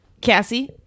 Cassie